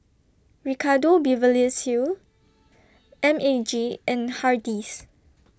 Ricardo Beverly Hills M A G and Hardy's